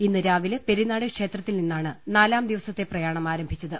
ഇന്ന് രാവിലെ പെരിനാട് ക്ഷേത്രത്തിൽ നിന്നാണ് നാലാം ദിവസത്തെ പ്രയാണം ആരംഭിച്ചത്